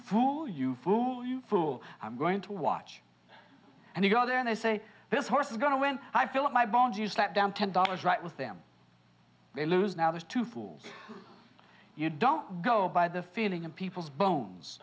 fool you fool you fool i'm going to watch and you go there and i say this horse is going to when i fill up my bond you slap down ten dollars right with them they lose now there's two fools you don't go by the feeling in people's bones